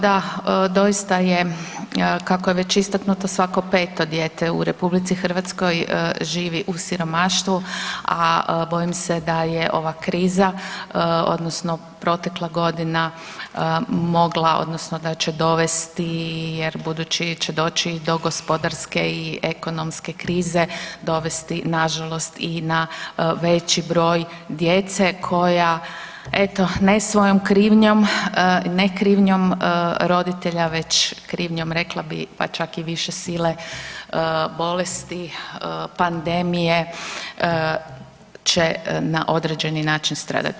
Da, doista je kako je već istaknuto, svako 5. dijete u RH živi u siromaštvu a bojim se da je ova kriza odnosno protekla godina mogla odnosno da će dovesti jer budući će doći do gospodarske i ekonomske krize, dovesti nažalost i na veći broj djece koja eto, ne svojom krivnjom, ne krivnjom roditelja već krivnjom rekla bi pa čak i više sile, bolesti, pandemije će na određeni način stradati.